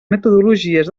metodologies